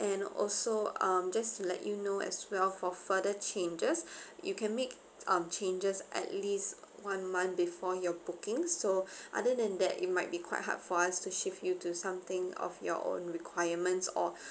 and also um just to let you know as well for further changes you can make um changes at least one month before your booking so other than that it might be quite hard for us to shift you to something of your own requirements or